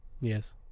Yes